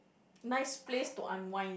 nice place to unwind